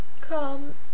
Come